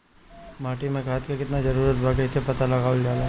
माटी मे खाद के कितना जरूरत बा कइसे पता लगावल जाला?